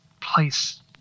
place